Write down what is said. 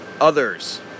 others